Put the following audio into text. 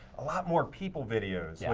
a lot more people videos, yeah